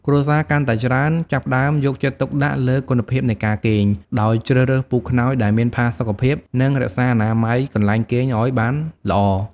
គ្រួសារកាន់តែច្រើនចាប់ផ្តើមយកចិត្តទុកដាក់លើគុណភាពនៃការគេង ដោយជ្រើសរើសពូកខ្នើយដែលមានផាសុកភាព និងរក្សាអនាម័យកន្លែងគេងឱ្យបានល្អ។